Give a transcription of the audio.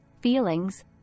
feelings